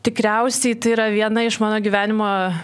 tikriausiai tai yra viena iš mano gyvenimo